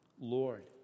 Lord